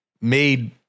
made